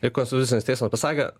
ir konstitucinis teismas pasakė